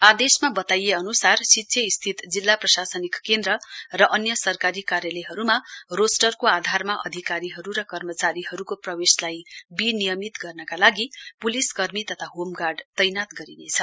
आदेशमा बताइए अनुसार सिच्छे स्थित जिल्ला प्रशासनिक केन्द्र र अन्य सरकारी कार्यालयहरूमा रोस्टरको आधारमा अधिकारीहरू कर्मचारीहरूको प्रवेशलाई विनियमित गर्नका लागि पुलिस कर्मी तथा होमगार्ड तैनात गरिनेछ